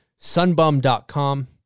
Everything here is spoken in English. sunbum.com